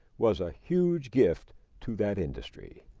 was a huge gift to that industry.